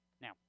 Now